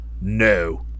No